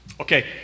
okay